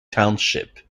township